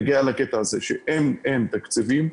אין תקציבים.